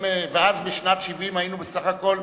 אז, בשנת 1970, היינו בסך הכול